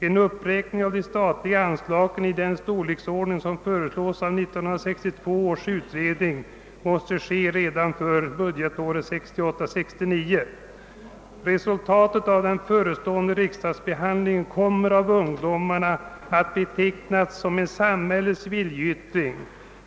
En uppräkning av de statliga anslagen i den storleksordning som föreslås av 1962 års ungsdomsutredning måste ske redan för budgetåret 1968/69. Resultatet av den förestående riksdagsbehandlingen kommer av ungdomarna att betecknas som en samhällets viljeyttring.